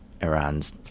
Iran's